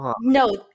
No